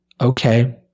okay